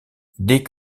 dès